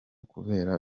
kubera